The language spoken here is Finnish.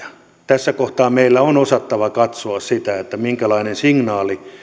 tässä kohtaa meillä on osattava katsoa sitä minkälainen signaali